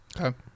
Okay